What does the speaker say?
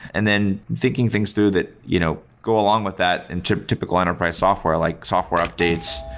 and then thinking things through that you know go along with that into a typical enterprise software, like software updates.